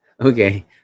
Okay